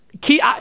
Key